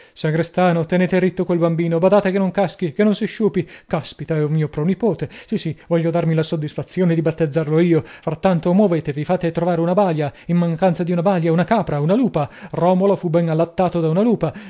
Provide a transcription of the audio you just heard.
sagrestano tenete ritto quel bambino badate che non caschi che non si sciupi caspita è un mio pronipote sì sì voglio darmi la soddisfazione di battezzarlo io frattanto muovetevi fate di trovare una balia in mancanza di balia una capra una lupa romolo fu ben allattato da una lupa